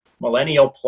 millennial